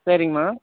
சரிங்மா